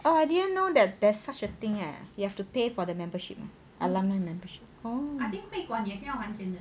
oh I didn't know that there's such a thing eh you have to pay for the membership [one] alumni membership orh